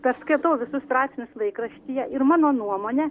bet skaitau visus straipsnius laikraštyje ir mano nuomone